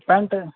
pant